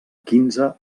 quinze